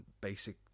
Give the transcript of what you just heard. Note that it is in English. basic